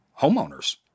homeowners